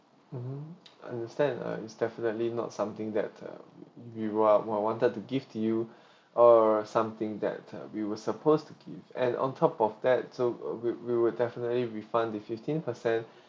mmhmm understand uh it's definitely not something that uh we wa~ wanted to give to you or something that uh we were suppose to give and on top of that so uh we~ we will definitely refund the fifteen percent